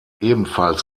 ebenfalls